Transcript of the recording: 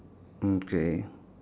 okay